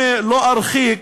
אם לא ארחיק,